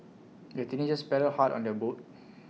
the teenagers paddled hard on their boat